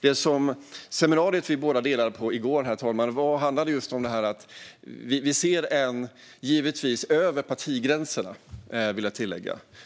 Det seminarium i går som vi båda deltog i handlade, herr talman, just om att vi